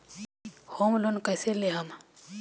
Home loan कैसे लेहम?